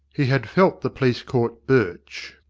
he had felt the police-court birch,